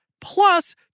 plus